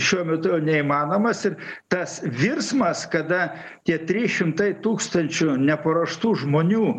šiuo metu jau neįmanomas ir tas virsmas kada tie trys šimtai tūkstančių neparuoštų žmonių